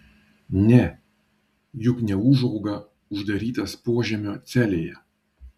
ne juk neūžauga uždarytas požemio celėje